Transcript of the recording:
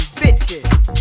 bitches